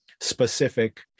specific